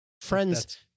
friends